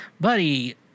buddy